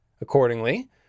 Accordingly